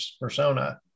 persona